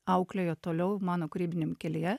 auklėjo toliau mano kūrybiniam kelyje